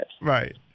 Right